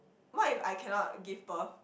what if I cannot give birth